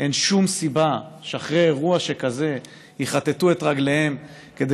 שאין שום סיבה שאחרי אירוע שכזה הם יכתתו את רגליהם כדי